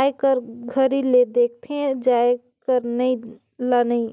आए कर घरी ले देखथे जाये कर ल नइ